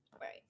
Right